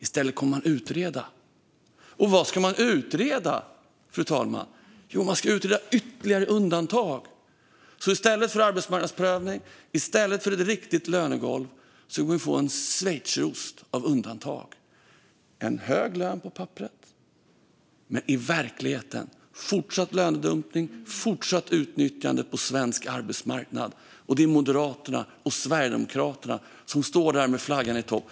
I stället kommer man att utreda. Och vad ska man utreda, fru talman? Jo, man ska utreda ytterligare undantag. I stället för en arbetsmarknadsprövning och i stället för ett riktigt lönegolv kommer vi att få en schweizerost av undantag. Det är en hög lön på papperet, men i verkligheten är det en fortsatt lönedumpning och ett fortsatt utnyttjande på svensk arbetsmarknad. Det är Moderaterna och Sverigedemokraterna som står där med flaggan i topp.